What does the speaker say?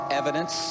evidence